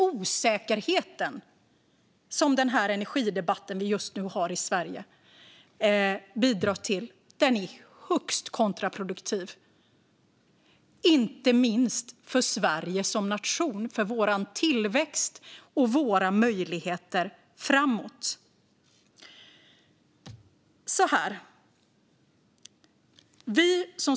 Osäkerheten som den energidebatt vi just nu har i Sverige bidrar till är högst kontraproduktiv, inte minst för Sverige som nation och för Sveriges tillväxt och möjligheter framöver.